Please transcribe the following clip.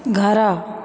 ଘର